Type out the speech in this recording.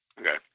Okay